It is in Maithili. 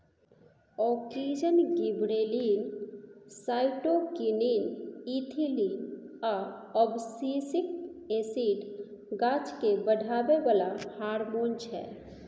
आक्जिन, गिबरेलिन, साइटोकीनीन, इथीलिन आ अबसिसिक एसिड गाछकेँ बढ़ाबै बला हारमोन छै